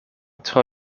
tro